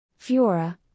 Fiora